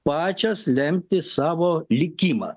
pačios lemti savo likimą